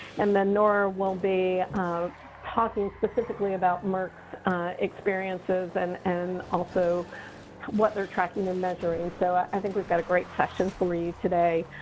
and then nora will be talking specifically about merck's experiences and and also what they're tracking and measuring. so i think we've got a great session for you today.